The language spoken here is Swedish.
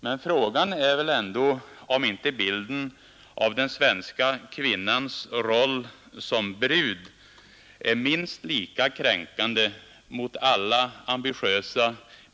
men frågan är väl ändå om inte bilden av den svenska kvinnans roll som ”brud” är minst lika kränkande mot alla ambitiösa.